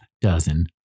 dozen